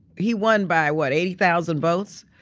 he won by what eighty thousand votes?